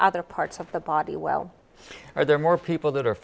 other parts of the body well are there more people that are